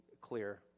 clear